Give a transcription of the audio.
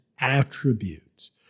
attributes